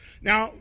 Now